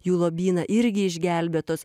jų lobyną irgi išgelbėtos